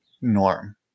norm